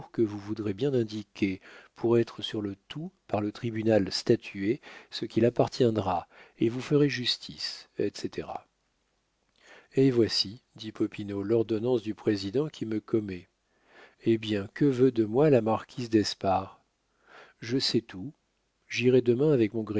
que vous voudrez bien indiquer pour être sur le tout par le tribunal statué ce qu'il appartiendra et vous ferez justice etc et voici dit popinot l'ordonnance du président qui me commet eh bien que veut de moi la marquise d'espard je sais tout j'irai demain avec mon